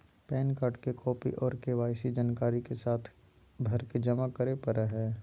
pan card के copy आर KYC जानकारी के साथ भरके जमा करो परय हय